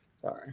Sorry